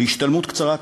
להשתלמות קצרה כזאת.